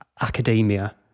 academia